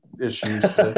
issues